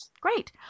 Great